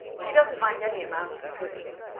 she doesn't mind any amount of poaching.